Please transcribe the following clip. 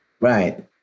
Right